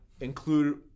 include